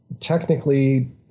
technically